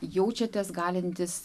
jaučiatės galintys